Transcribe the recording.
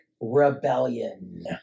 rebellion